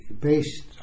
based